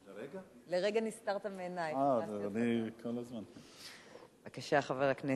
בבקשה, חבר הכנסת.